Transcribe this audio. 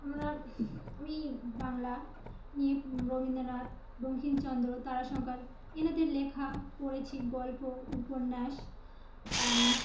আমরা আমি বাংলা নিয়ে রবীন্দ্রনাথ বঙ্কিমচন্দ্র তারাশঙ্কর এনাদের লেখা পড়েছি গল্প উপন্যাস